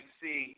see